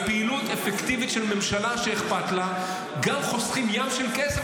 בפעילות אפקטיבית של ממשלה שאכפת לה גם חוסכים ים של כסף,